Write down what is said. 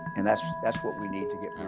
and that's that's what we need to get